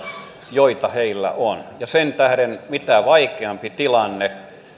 joita heillä on sen tähden mitä vaikeampi tilanne